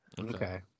Okay